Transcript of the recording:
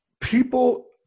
people